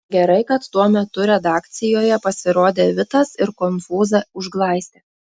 gerai kad tuo metu redakcijoje pasirodė vitas ir konfūzą užglaistė